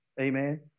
Amen